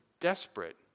desperate